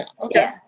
Okay